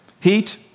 Heat